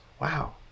Wow